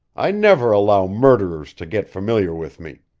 i never allow murderers to get familiar with me!